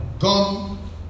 Come